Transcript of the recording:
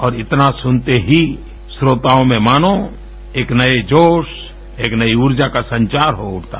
और इतना सुनते ही श्रोताओं में मानो एक नए जोश एक नई ऊर्जा का संचार हो उठता